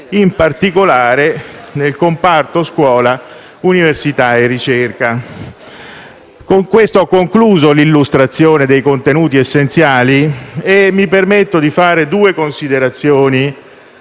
in particolare nel comparto scuola, università e ricerca. Con questo ho concluso l'illustrazione dei contenuti essenziali. Mi permetto di fare due considerazioni,